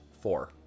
Four